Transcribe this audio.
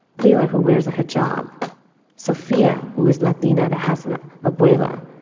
lela, who wears a hijab, sofia, who is latina, that has an ah abuela,